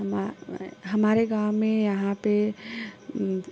हमारे गाँव में यहाँ पे ऊ